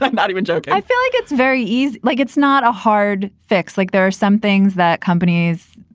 like not even joke i feel like it's very easy, like it's not a hard fix. like there are some things that companies,